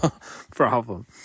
problem